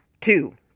Two